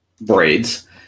braids